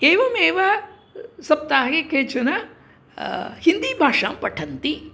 एवमेव सप्ताहे केचन हिन्दीभाषां पठन्ति